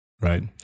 Right